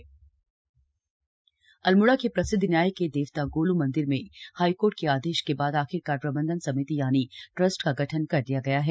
चितई मंदिर ट्रस्ट अल्मोड़ा के प्रसिद्व न्याय के देवता गोलू मंदिर में हाइकोर्ट के आदेश के बाद आखिरकार प्रबंधन समिति यानि ट्रस्ट का गठन कर दिया गया है